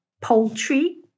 Poultry